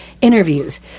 interviews